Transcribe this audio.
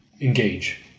engage